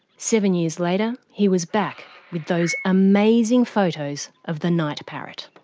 seven years later he was back with those amazing photos of the night parrot.